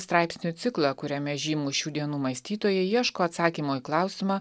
straipsnių ciklą kuriame žymūs šių dienų mąstytojai ieško atsakymo į klausimą